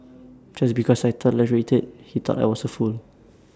just because I tolerated he thought I was A fool